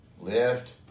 Lift